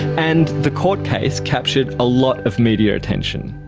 and the court case captured a lot of media attention.